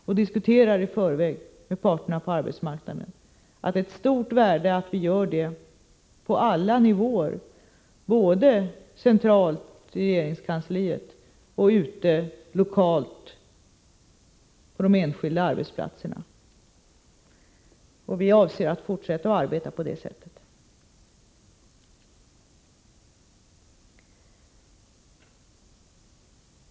Vi diskuterar i förväg med parterna på arbetsmarknaden, och det är av stort värde att vi gör det på alla nivåer, både centralt i regeringskansliet och lokalt ute på de enskilda arbetsplatserna. Vi avser att fortsätta att arbeta på det sättet.